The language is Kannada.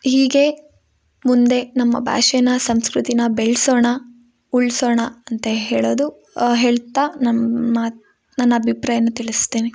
ಈಗ ಮುಂದೆ ನಮ್ಮ ಭಾಷೆನ ಸಂಸ್ಕೃತಿನ ಬೆಳೆಸೋಣ ಉಳಿಸೋಣ ಅಂತ ಹೇಳೋದು ಹೇಳ್ತಾ ನನ್ನ ಮಾತು ನನ್ನ ಅಭಿಪ್ರಾಯನ ತಿಳಿಸ್ತೀನಿ